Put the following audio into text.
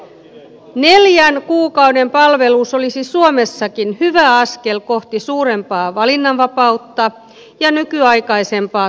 neljän kuukauden palvelus olisi suomessakin hyvä askel kohti suurempaa valinnanvapautta ja nykyaikaisempaa turvallisuusajattelua